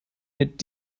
mit